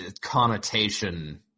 connotation